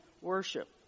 worship